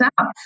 out